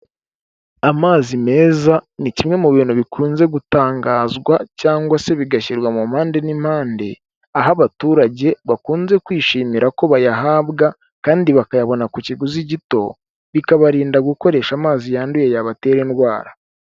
Amazi meza ni kimwe mu bintu bikunze gutangazwa cyangwa se bigashyirwa mu mpande n'impande, aho abaturage bakunze kwishimira ko bayahabwa, kandi bakayabona ku kiguzi gito, bikabarinda gukoresha amazi yanduye yabatera indwara.